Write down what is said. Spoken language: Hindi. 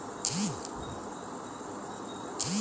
पौध किसे कहते हैं?